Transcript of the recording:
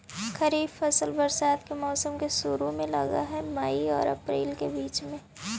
खरीफ फसल बरसात के मौसम के शुरु में लग हे, मई आऊ अपरील के बीच में